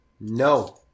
No